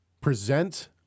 present